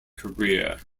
career